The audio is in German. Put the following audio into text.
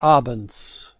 abends